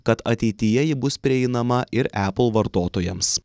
kad ateityje ji bus prieinama ir epl vartotojams